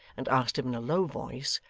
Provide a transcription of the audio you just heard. and asked him in a low voice,